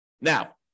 Now